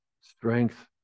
strength